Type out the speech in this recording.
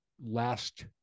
last